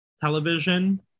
television